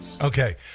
Okay